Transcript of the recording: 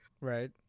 Right